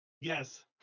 Yes